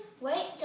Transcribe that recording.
Wait